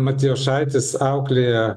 matijošaitis auklėja